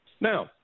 Now